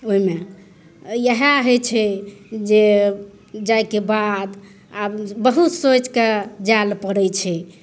ओहिमे इएह होइ छै जे जाएके बाद आब बहुत सोचिके जाएलए पड़ै छै